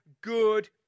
good